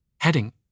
Heading